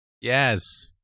Yes